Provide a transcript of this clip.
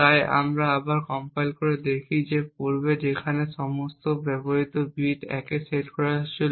তাই আমরা আবার কম্পাইল করে দেখি যে পূর্বে যেখানে সমস্ত ব্যবহৃত বিট 1 এ সেট করা হয়েছিল